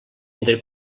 entre